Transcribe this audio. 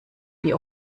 wie